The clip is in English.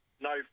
no